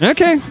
Okay